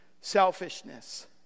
selfishness